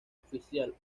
oficial